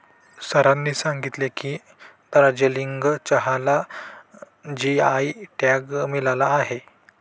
सरांनी सांगितले की, दार्जिलिंग चहाला जी.आय टॅग मिळाला आहे